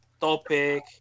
topic